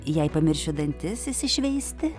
jei pamiršiu dantis išsišveisti